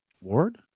Ward